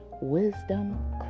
Wisdom